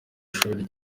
shuri